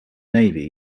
navy